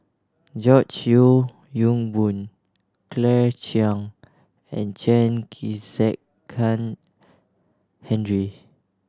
George Yeo Yong Boon Claire Chiang and Chen Kezhan Henri